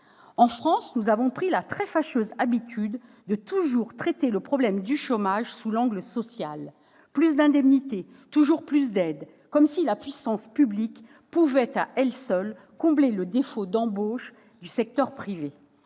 En France, nous avons pris la très fâcheuse habitude de toujours traiter le problème du chômage sous l'angle social : plus d'indemnités, toujours plus d'aides, comme si la puissance publique pouvait, à elle seule, combler le défaut d'embauche du secteur privé.